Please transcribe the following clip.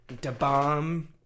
Da-bomb